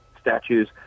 statues